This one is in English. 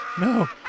No